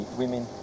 women